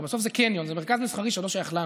הרי בסוף זה קניון, זה מרכז מסחרי, שלא שייך לנו.